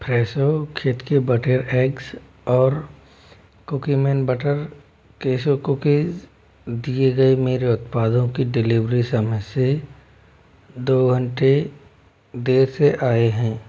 Fresho खेत के बटेर एग्स और कुकीमैन बटर केशु कुकीज़ दिए गए मेरे उत्पादों की डिलीवरी समय से दो घंटे देर से आए हैं